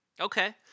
Okay